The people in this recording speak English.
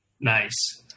Nice